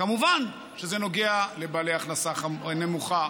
כמובן שזה נוגע לבעלי הכנסה נמוכה,